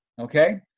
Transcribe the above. okay